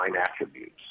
attributes